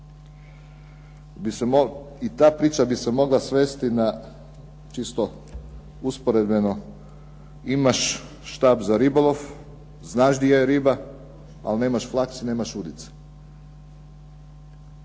I ta priča bi se mogla svesti na čisto usporedbeno imaš štap za ribolov, znaš di je riba, ali nemaš flaks i nemaš udice.